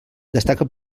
destaca